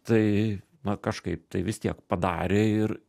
tai na kažkaip tai vis tiek padarė ir